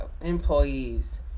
employees